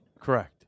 Correct